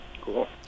Cool